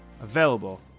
available